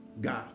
God